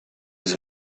was